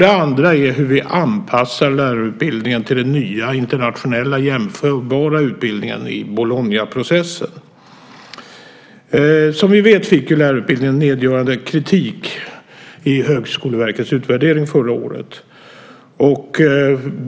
Den andra frågan gäller hur vi anpassar lärarutbildningen till den nya internationella jämförbara utbildningen i Bolognaprocessen. Som vi vet fick lärarutbildningen nedgörande kritik i Högskoleverkets utvärdering förra året.